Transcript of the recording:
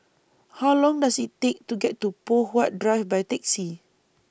How Long Does IT Take to get to Poh Huat Drive By Taxi